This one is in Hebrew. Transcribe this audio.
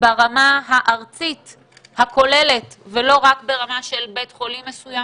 ברמה הארצית הכוללת ולא רק ברמה של בית חולים מסוים,